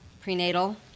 prenatal